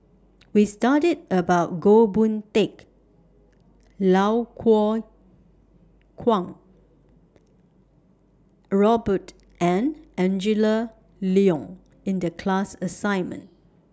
We studied about Goh Boon Teck Iau Kuo Kwong Robert and Angela Liong in The class assignment